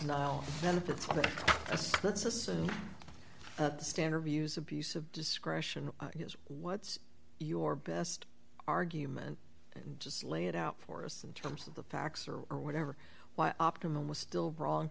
us let's assume that standard views abuse of discretion is what's your best argument and just lay it out for us in terms of the facts or or whatever why optimum was still wrong